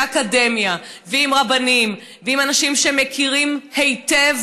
אקדמיה ועם רבנים ועם אנשים שמכירים היטב,